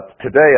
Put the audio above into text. today